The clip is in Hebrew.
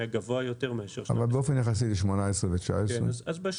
היה גבוה יותר מאשר שנת 2020. אבל באופן יחסי ל-2018 ו-2019?